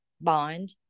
bond